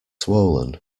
swollen